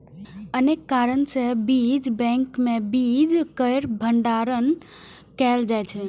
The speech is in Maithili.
अनेक कारण सं बीज बैंक मे बीज केर भंडारण कैल जाइ छै